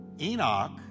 Enoch